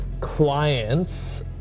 clients